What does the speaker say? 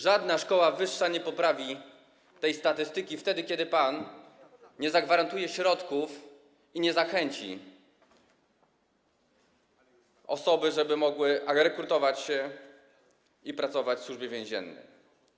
Żadna szkoła wyższa nie poprawi tej statystyki, jeżeli pan nie zagwarantuje środków i nie zachęci osób, żeby mogły rekrutować się i pracować w Służbie Więziennej.